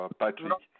patrick